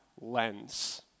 lens